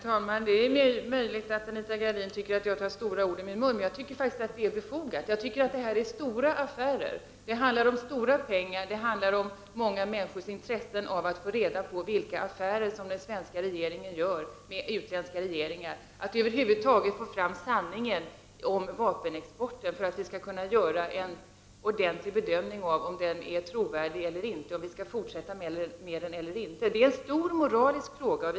Herr talman! Det är möjligt att Anita Gradin tycker att jag tar stora ord i min mun. Jag tycker faktiskt att det är befogat. Det är fråga om en stor affär, och det handlar om stora pengar och om många människors intresse av att få reda på vilka affärer den svenska regeringen gör med utländska regeringar. Det handlar om att vi över huvud taget skall få fram sanningen om vapenexporten så att vi kan göra en ordentlig bedömning av om den är trovärdig eller inte och om vi skall fortsätta med den eller inte. Det rör sig om stora moraliska frågor.